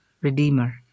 redeemer